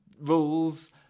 rules